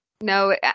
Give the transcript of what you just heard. no